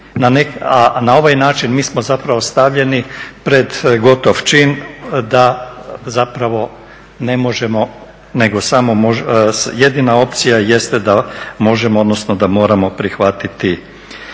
na ovaj način mi smo stavljeni pred gotov čin da ne možemo jedina opcija jeste da možemo odnosno da moramo prihvatiti